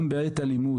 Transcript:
גם בעת הלימוד,